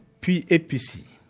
PAPC